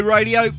Radio